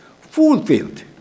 fulfilled